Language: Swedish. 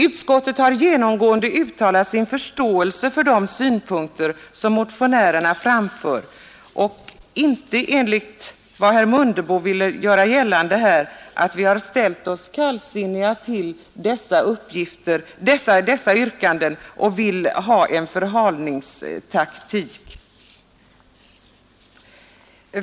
Utskottet har genomgående uttalat sin förståelse för de synpunkter som motionärerna framför och inte, vilket herr Mundebo ville göra gällande, ställt sig kallsinnigt till yrkandena och tillämpat en förhalningstaktik.